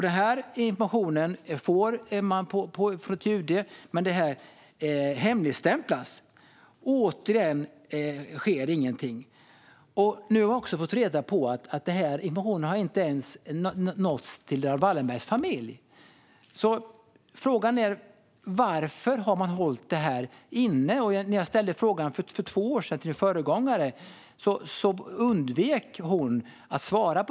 Denna information får man till UD, men den hemligstämplas. Inte heller nu sker någonting. Nu har jag också fått reda på att denna information inte ens nått Raoul Wallenbergs familj. Frågan är varför man har hållit inne med detta. När jag för två år sedan ställde frågan om fånge nr 7 till din företrädare undvek hon att svara.